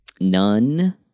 none